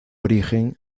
origen